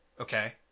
Okay